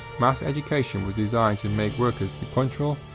mass education was designed to make workers be punctual,